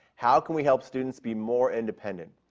how can we help students be more independent?